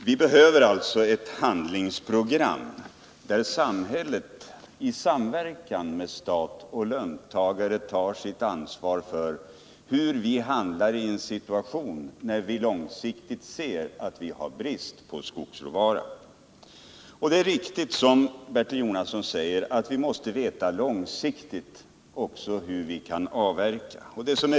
Vi behöver alltså ett handlingsprogram, där samhället i samverkan med stat och löntagare tar sitt ansvar för hur vi handlar i en situation när vi långsiktigt ser att vi har brist på skogsråvara. Det är, som Bertil Jonasson säger, viktigt att vi vet hur vi långsiktigt kan avverka skogen.